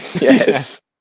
Yes